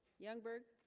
youngberg